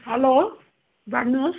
hello भन्नुहोस्